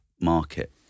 market